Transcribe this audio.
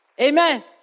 Amen